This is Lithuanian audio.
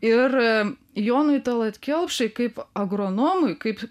ir jonui tallat kelpšai kaip agronomui kaip